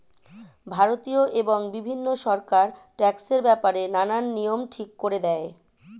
ভারতীয় এবং বিভিন্ন সরকার ট্যাক্সের ব্যাপারে নানান নিয়ম ঠিক করে দেয়